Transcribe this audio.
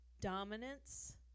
dominance